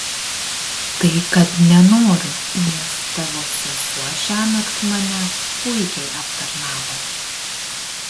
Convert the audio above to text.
tai kad nenoriu nes tavo sesuo šiąnakt mane puikiai aptarnavo